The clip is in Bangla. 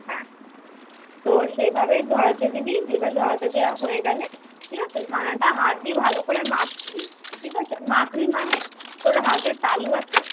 হ্যাঁ তো সেভাবে ঝরাতে দিবি এবার ঝরাতে দেওয়া হয়ে গেলে ঠিক আছে ছানাটা হাত দিয়ে ভালো করে মাখবি ঠিক আছে মাখবি মানে তোর হাতের তালু আছে